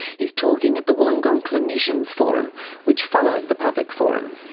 he's talking at the wollongong clinicians' forum which followed the public forum.